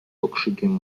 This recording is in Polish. okrzykiem